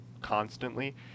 constantly